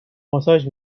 ماساژ